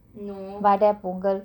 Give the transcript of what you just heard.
no